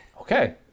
Okay